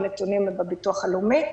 הנתונים בביטוח הלאומי.